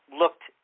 looked